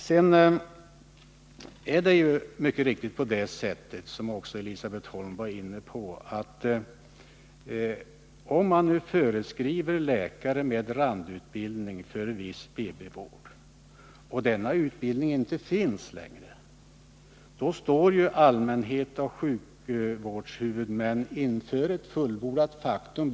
Sedan är det mycket riktigt så — vilket också Elisabet Holm var inne på — att om man föreskriver att det skall vara läkare med randutbildning för viss BB-vård och denna utbildning inte finns längre, då står allmänhet och sjukvårdshuvudmän inför ett fullbordat faktum.